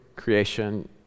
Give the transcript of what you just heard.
creation